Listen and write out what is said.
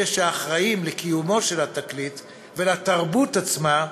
אלה שאחראים לקיומו של התקליט ולתרבות עצמה,